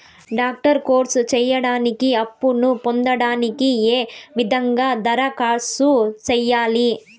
Doctor course సేయడానికి అప్పును పొందడానికి ఏ విధంగా దరఖాస్తు సేయాలి?